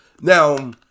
Now